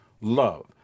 love